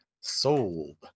Sold